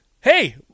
Hey